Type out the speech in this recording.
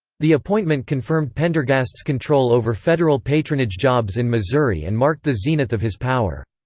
the appointment confirmed pendergast's control over federal patronage jobs in missouri and marked the zenith of his power.